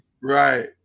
Right